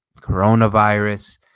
coronavirus